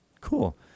Cool